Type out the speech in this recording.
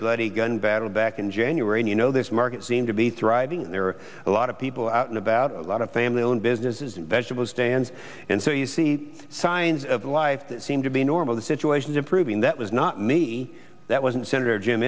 bloody gun battle back in january and you know this market seemed to be thriving and there are a lot of people out and about a lot of family owned businesses and vegetable stands and so you see signs of life that seem to be normal the situation is improving that was not me that wasn't senator